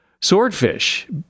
Swordfish